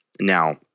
Now